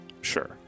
Sure